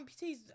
amputees